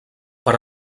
per